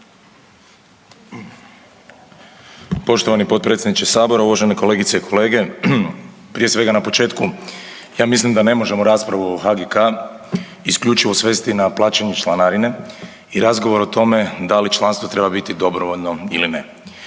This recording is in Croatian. Poštovani potpredsjedniče sabora, uvažene kolegice i kolege. Prije svega na početku ja mislim da ne možemo raspravu o HGK isključivo svesti na plaćanje članarine i razgovor o tome da li članstvo treba biti dobrovoljno ili ne.